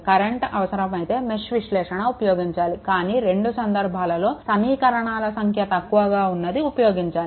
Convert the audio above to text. current అవసరమైతే mesh విశ్లేషణ ఉపయోగించాలి కానీ రెండు సందర్భాలలో సమీకరణాల సంఖ్య తక్కువగా ఉన్నది ఉపయోగించాలి